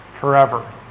forever